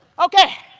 okay.